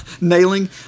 nailing